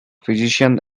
physician